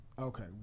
Okay